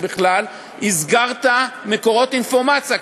הסגרת מקורות אינפורמציה,